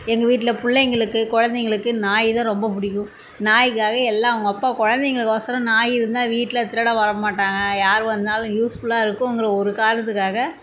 எங்கள் வீட்டில் பிள்ளைங்களுக்கு குழந்தைங்களுக்கு நாய்தான் ரொம்ப பிடிக்கும் நாய்க்காக எல்லாம் அவங்க அப்பா குழந்தைங்களுக்கொசரம் நாய் இருந்தால் வீட்டில் திருடன் வரமாட்டாங்க யார் வந்தாலும் யூஸ்ஃபுல்லாக இருக்குங்கிற ஒரு காரணத்துக்காக